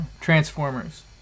Transformers